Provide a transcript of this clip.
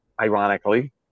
ironically